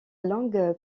longue